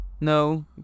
no